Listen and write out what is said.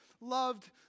loved